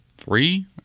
three